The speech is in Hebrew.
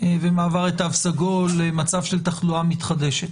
ומעבר לתו סגול למצב של תחלואה מתחדשת.